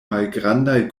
malgrandaj